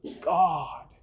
God